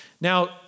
Now